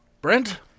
Brent